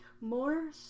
more